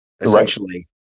essentially